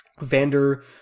vander